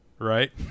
right